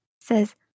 says